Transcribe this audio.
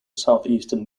southeastern